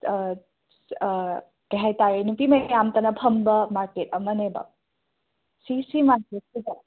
ꯀꯩꯍꯥꯏꯇꯥꯔꯦ ꯅꯨꯄꯤ ꯃꯌꯥꯝꯇꯅ ꯐꯝꯕ ꯃꯥꯔꯀꯦꯠ ꯑꯃꯅꯦꯕ ꯁꯤ ꯁꯤ ꯃꯥꯔꯀꯦꯠꯁꯤꯗ